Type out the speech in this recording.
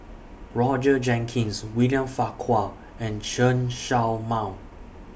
Roger Jenkins William Farquhar and Chen Show Mao